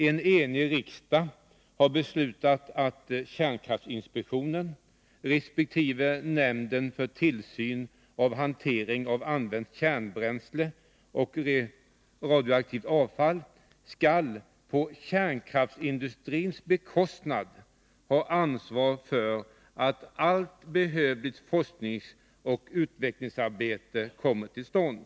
En enig riksdag har beslutat att kärnkraftinspektionen resp. nämnden för tillsyn av hantering av använt kärnbränsle och radioaktivt avfall på kärnkraftsindustrins bekostnad skall ha ansvar för att allt behövligt forskningsoch utvecklingsarbete kommer till stånd.